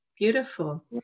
beautiful